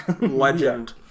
legend